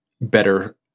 better